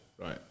Right